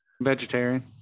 vegetarian